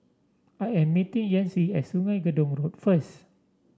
I am meeting Yancy at Sungei Gedong Road first